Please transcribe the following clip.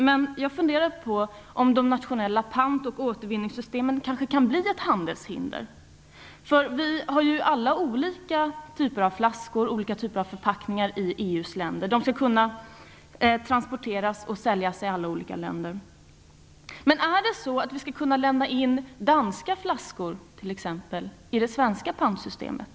Jag har funderat på om de nationella pantoch återvinningssystemen kan bli ett handelshinder. Vi har alla olika typer av flaskor och olika typer av förpackningar i EU:s länder. De skall kunna transporteras och säljas i alla olika länder. Skall vi t.ex. kunna lämna in danska flaskor i det svenska pantsystemet?